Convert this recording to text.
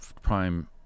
prime